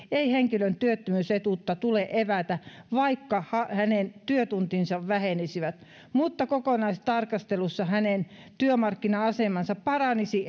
ei henkilön työttömyysetuutta tule evätä vaikka hänen työtuntinsa vähenisivät mutta kokonaistarkastelussa hänen työmarkkina asemansa paranisi